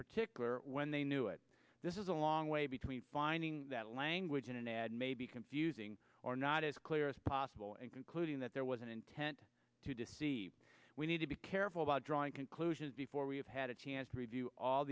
particular when they knew it this is a long way between finding that language in an ad may be confusing or not as clear as possible and concluding that there was an intent to deceive we need to be careful about drawing conclusions before we have had a chance to review all